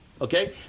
Okay